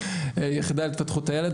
יחידה להתפתחות הילד,